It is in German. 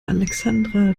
alexandra